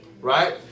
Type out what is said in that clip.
right